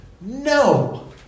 No